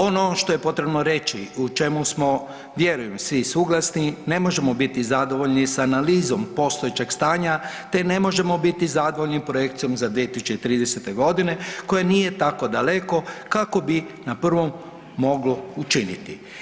Ono što je potrebno reći, u čemu smo vjerujem svi suglasni, ne možemo biti zadovoljni sa analizom postojećeg stanja, te ne možemo biti zadovoljni projekcijom za 2030.g. koja nije tako daleko kako bi na prvom moglo učiniti.